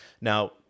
Now